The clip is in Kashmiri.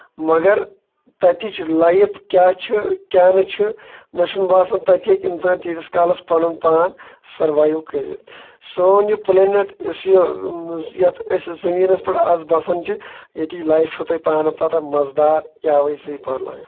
مَگر تَتِچ لایف کیاہ چھِ کیاہ نہٕ چھِ مےٚ چھُ نہٕ باسان تَتہِ ہٮ۪کہِ اِنسان تیٖتِس کالَس پَنُن پان سٔروایو کٔرِتھ سون یہِ پِلینِیٹ یُس یہِ یَتھ أسۍ زٔمیٖنس پٮ۪ٹھ آز بَسان چھِ ییٚتہِ یہِ لایف چھو تۄہہِ پانہٕ پَتہ مَزٕ دار یا ز پوٚر لایف